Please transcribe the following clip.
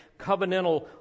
covenantal